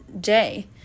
day